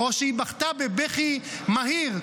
או שהיא בכתה בבכי מהיר,